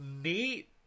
neat